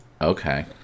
Okay